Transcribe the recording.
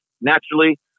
naturally